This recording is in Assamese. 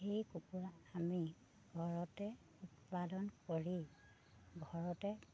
সেই কুকুৰা আমি ঘৰতে উৎপাদন কৰি ঘৰতে